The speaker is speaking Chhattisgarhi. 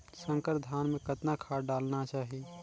संकर धान मे कतना खाद डालना चाही?